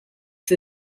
for